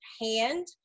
hand